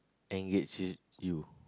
engage with you